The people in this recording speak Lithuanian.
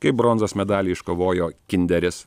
kai bronzos medalį iškovojo kinderis